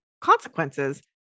consequences